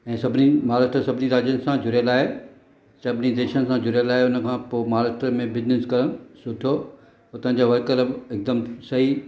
ऐं सभिनी महाराष्ट्र सभिनी राज्यनि सां जुड़ियलु आहे सभिनी देशनि सां जुड़ियलु आहे हुन खां पोइ महाराष्ट्र में बिजनिस करणु सुठो हुतां जा वर्कर बि हिकु दम हिकु दम सही